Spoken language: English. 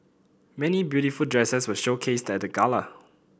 many beautiful dresses were showcased at the gala